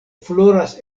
floras